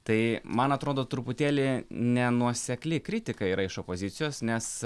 tai man atrodo truputėlį nenuosekli kritika yra iš opozicijos nes